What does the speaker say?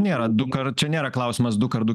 nėra du kart čia nėra klausimas du kart du